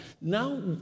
Now